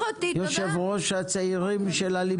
יושב ראש הצעירים של הליברלים בליכוד.